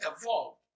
evolved